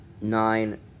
nine